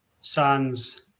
Sands